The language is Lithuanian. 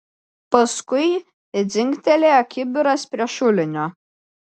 paskui dzingtelėjo kibiras prie šulinio